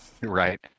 Right